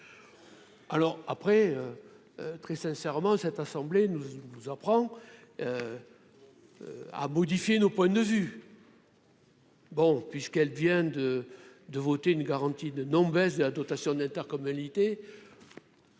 alors après très sincèrement cette assemblée, nous apprend à modifier nos points de vue. Bon, puisqu'elle vient de de voter une garantie de non-baisse de la dotation d'intercommunalité.